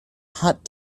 hot